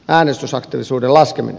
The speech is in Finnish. arvoisa puhemies